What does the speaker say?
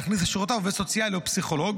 להכניס לשורותיו עובד סוציאלי או פסיכולוג